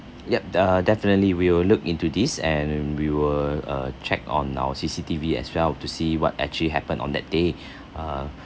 yup the definitely we will look into this and we will uh check on our C_C_T_V as well to see what actually happen on that day uh